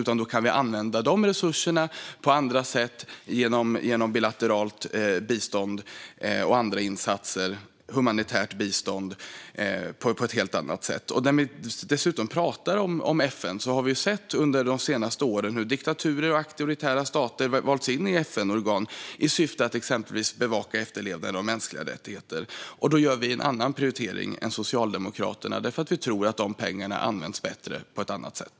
Vi kan använda dessa resurser på andra sätt och genom bilateralt bistånd och andra insatser ge humanitärt bistånd på ett helt annat sätt. Vi har under de senaste åren sett hur diktaturer och auktoritära stater har valts in i FN-organ i syfte att exempelvis bevaka efterlevnaden av mänskliga rättigheter. Vi gör en annan prioritering än Socialdemokraterna, för vi tror att dessa pengar används bättre på ett annat sätt.